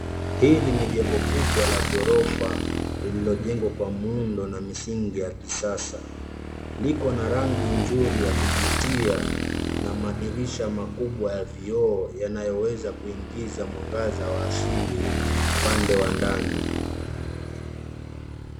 Hili ni jengo kubwa la ghorofa lililojengwa kwa muundo na misingi ya kisasa. Liko na rangi nzuri ya kuvutia na madirisha makubwa ya vioo yanayoweza kuingiza mwangaza wa asili upande wa ndani.